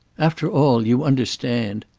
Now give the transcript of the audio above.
after all, you understand.